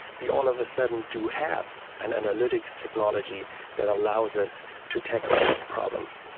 we all of a sudden do have an analytics technology that allows us to tackle these problems.